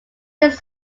his